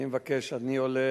אני מבקש: אני עולה,